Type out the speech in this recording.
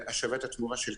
התמורה.